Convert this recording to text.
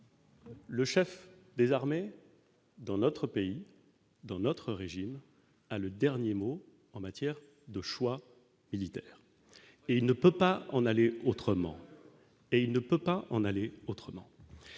Le chef des armées, dans notre pays, dans notre régime a le dernier mot en matière de choix militaires et il ne peut pas en aller autrement et il ne peut pas en aller autrement